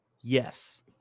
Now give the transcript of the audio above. Yes